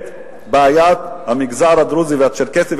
את בעיית המגזר הדרוזי והצ'רקסי,